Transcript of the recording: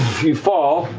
you fall,